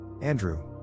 Andrew